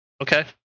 Okay